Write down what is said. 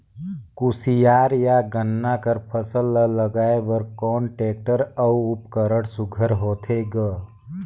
कोशियार या गन्ना कर फसल ल लगाय बर कोन टेक्टर अउ उपकरण सुघ्घर होथे ग?